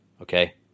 Okay